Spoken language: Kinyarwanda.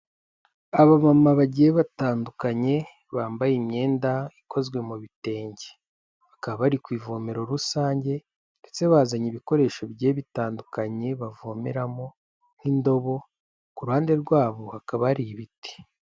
Abamama bagiye batandukanye, bambaye imyenda ikozwe mu bitenge bakaba, bari ku ivomero rusange ndetse bazanye ibikoresho bigiye bitandukanye bavomeramo nk'indobo, ku ruhande rwabo hakaba hari ibiti.